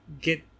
Get